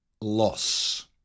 loss